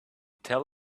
tell